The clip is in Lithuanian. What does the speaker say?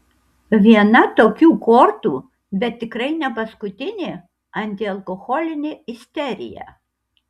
viena tokių kortų bet tikrai ne paskutinė antialkoholinė isterija